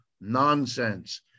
nonsense